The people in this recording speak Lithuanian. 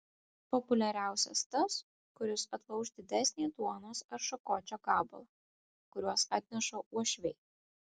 populiariausias tas kuris atlauš didesnį duonos ar šakočio gabalą kuriuos atneša uošviai